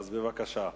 בבקשה.